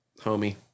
homie